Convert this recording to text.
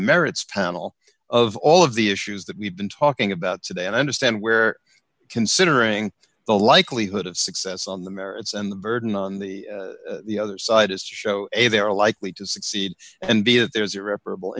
merits tunnel of all of the issues that we've been talking about today and i understand where considering the likelihood of success on the merits and the burden on the other side is show a they are likely to succeed and be if there's irreparable